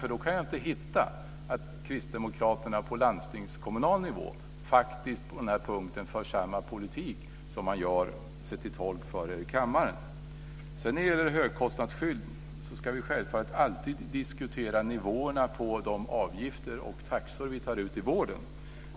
Jag kan nämligen inte se att kristdemokraterna på landstingskommunal nivå på den här punkten för samma politik som man gör sig till tolk för här i kammaren. När det gäller högkostnadsskydd ska vi självfallet alltid diskutera nivåerna på de avgifter och taxor vi tar ut i vården.